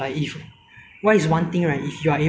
really ah so you will vote for the opposition next time